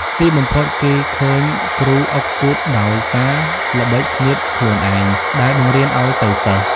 ទីបំផុតគេឃើញគ្រូអុកគូទដោយសារល្បិចស្នៀតខ្លួនឯងដែលបង្រៀនឲ្យទៅសិស្ស ។